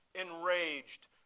enraged